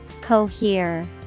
Cohere